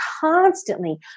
constantly